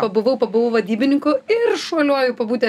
pabuvau pabuvau vadybininku ir šuoliuoju pabūti